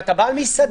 ואתה בעל מסעדה,